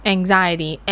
Anxiety